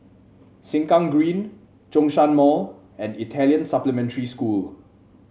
Sengkang Green Zhongshan Mall and Italian Supplementary School